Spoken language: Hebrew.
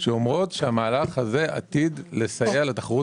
שאומרות שהמהלך הזה עתיד לסייע לתחרות